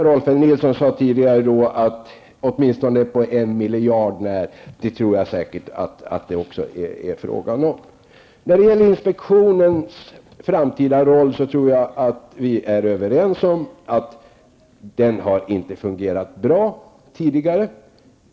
Rolf L Nilson sade att tillskottet måste vara på 1 miljard kronor när rätt avvägt. Det tror jag faktiskt att det är. Jag tror att vi kan vara överens om att inspektionen tidigare inte har fungerat bra.